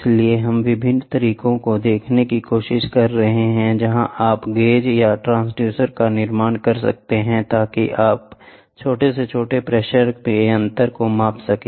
इसलिए हम विभिन्न तरीकों को देखने की कोशिश कर रहे हैं जहां आप गेज या ट्रांसड्यूसर का निर्माण कर सकते हैं ताकि आप छोटे से छोटे प्रेशर में अंतर को माप सकें